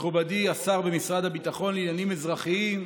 מכובדי השר במשרד הביטחון לעניינים אזרחיים,